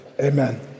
Amen